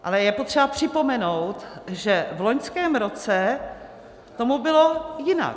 Ale je potřeba připomenout, že v loňském roce tomu bylo jinak.